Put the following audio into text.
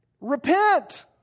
Repent